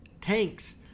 Tanks